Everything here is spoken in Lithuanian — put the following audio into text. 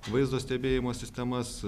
vaizdo stebėjimo sistemas